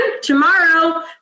Tomorrow